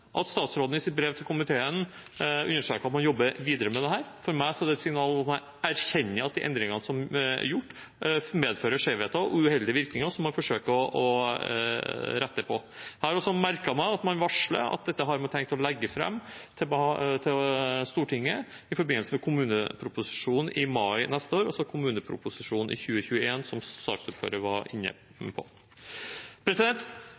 at statsråden i sitt brev til komiteen understreker at man jobber videre med dette. For meg er det et signal om at man erkjenner at de endringene som er gjort, medfører skjevheter og uheldige virkninger som man forsøker å rette på. Jeg har også merket meg at man varsler at dette har man tenkt å legge fram for Stortinget i forbindelse med kommuneproposisjonen i mai neste år, altså kommuneproposisjonen for 2021, som saksordføreren var inne